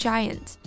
Giant